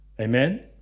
amen